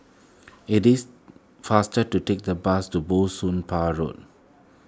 it is faster to take the bus to Bah Soon Pah Road